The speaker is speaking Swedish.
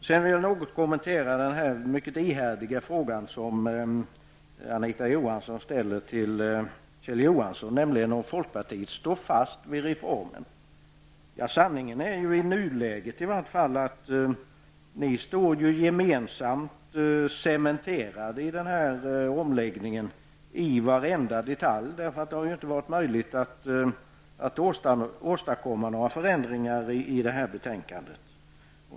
Jag vill också något kommentera den mycket ihärdiga fråga som Anita Johansson ställde till Kjell Johansson, nämligen om folkpartiet står fast vid reformen. Sanningen är ju, i nuläget i varje fall, att ni står gemensamt cementerade i den här omläggningen i varenda detalj. Det har inte varit möjligt att åstadkomma några förändringar i det här betänkandet.